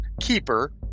Keeper